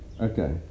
Okay